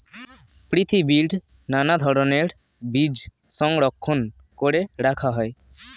পৃথিবীর নানা ধরণের বীজ সংরক্ষণ করে রাখা হয়